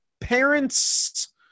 parents